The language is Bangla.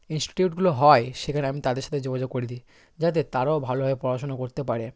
ইনস্টিটিউটগুলো হয় সেখানে আমি তাদের সাথে যোগাযোগ করি দিই যাতে তারাও ভালোভাবে পড়াশুনো করতে পারে